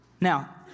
Now